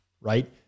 right